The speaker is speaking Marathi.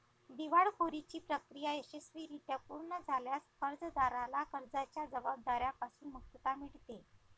दिवाळखोरीची प्रक्रिया यशस्वीरित्या पूर्ण झाल्यास कर्जदाराला कर्जाच्या जबाबदार्या पासून मुक्तता मिळते